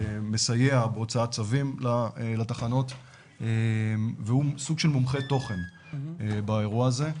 מסייע בהוצאת צווים לתחנות והוא סוג של מומחה תוכן באירוע הזה.